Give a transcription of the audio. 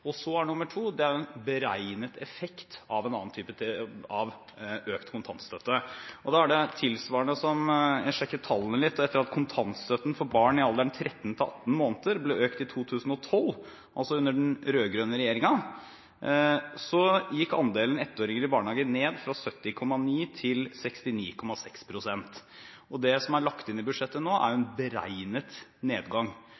bak. Så til nr. to – en beregnet effekt av en annen type av økt kontantstøtte. Det er tilsvarende som i 2012. Jeg sjekket tallene litt. Etter at kontantstøtten for barn i alderen 13–18 måneder ble økt i 2012, altså under den rød-grønne regjeringen, gikk andelen ettåringer i barnehage ned fra 70,9 til 69,6 pst. Det som er lagt inn i budsjettet nå, er en beregnet nedgang. Det betyr jo